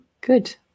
Good